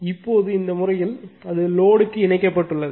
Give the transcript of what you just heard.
இப்போது இந்த முறையில் அது லோடுக்கு இணைக்கப்பட்டுள்ளது